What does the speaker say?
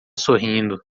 sorrindo